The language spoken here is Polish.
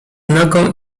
nogą